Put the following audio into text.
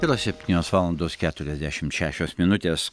yra septynios valandos keturiasdešimt šešios minutės